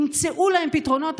ימצאו להם פתרונות.